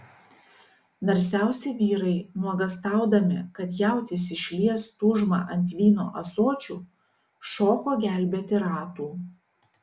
narsiausi vyrai nuogąstaudami kad jautis išlies tūžmą ant vyno ąsočių šoko gelbėti ratų